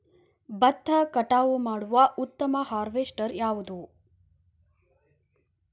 ಭತ್ತ ಕಟಾವು ಮಾಡುವ ಉತ್ತಮ ಹಾರ್ವೇಸ್ಟರ್ ಯಾವುದು?